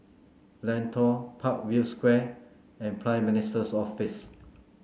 Lentor Parkview Square and Prime Minister's Office